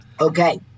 Okay